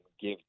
give